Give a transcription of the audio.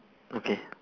okay